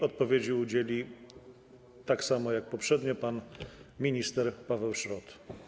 Odpowiedzi udzieli, tak samo jak poprzednio, pan minister Paweł Szrot.